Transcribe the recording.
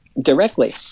directly